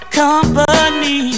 company